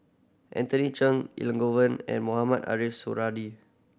Anthony Chen Elangovan and Mohamed Ariff Suradi